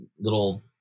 little